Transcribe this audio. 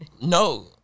No